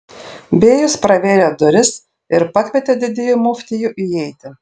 bėjus pravėrė duris ir pakvietė didįjį muftijų įeiti